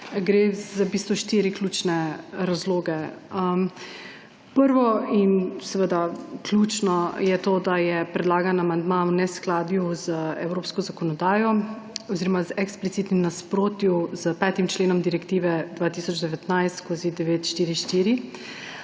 Gre za v bistvu štiri ključne razloge. Prvo in ključno je to, da je predlagani amandma v neskladju z evropsko zakonodajo oziroma v eksplicitnem nasprotju s 5. členom direktive 2019/944.